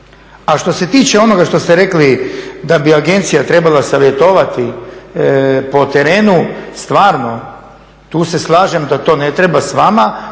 A što se tiče onoga što ste rekli da bi agencija trebala savjetovati po terenu stvarno tu se slažem da to ne treba s vama,